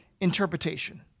interpretation